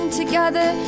together